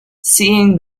seeing